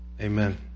Amen